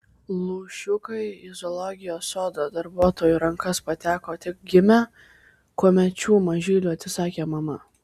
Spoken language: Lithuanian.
lūšiukai į zoologijos sodo darbuotojų rankas pateko tik gimę kuomet šių mažylių atsisakė mama